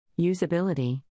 Usability